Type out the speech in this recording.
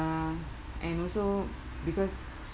uh and also because